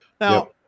now